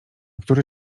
który